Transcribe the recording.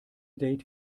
date